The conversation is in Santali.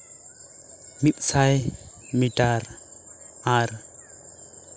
ᱢᱤᱫᱥᱟᱭ ᱢᱤᱴᱟᱨ ᱟᱨ